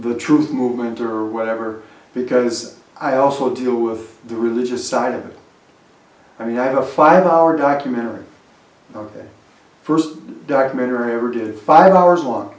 the truth movement or whatever because i also deal with the religious side of it i mean i have a five hour documentary first documentary ever did five hours on